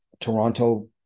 Toronto